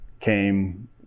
came